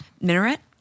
minaret